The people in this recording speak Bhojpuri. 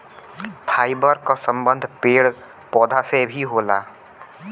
फाइबर क संबंध पेड़ पौधा से भी होला